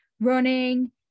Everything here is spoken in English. running